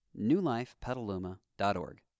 newlifepetaluma.org